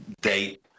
date